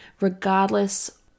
regardless